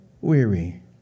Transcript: Weary